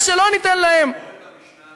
ואפשרות שלישית,